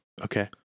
Okay